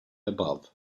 above